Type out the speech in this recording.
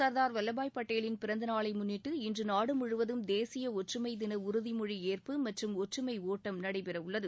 சர்தார் வல்லபாய் பட்டேலின் பிறந்தநாளை முன்னிட்டு இன்று நாடு முழுவதும் தேசிய ஒற்றுமை தின உறுதிமொழி ஏற்பு மற்றும் ஒற்றுமை ஒட்டம் நடைபெறவுள்ளது